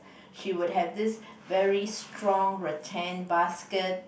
she would have this very strong retain basket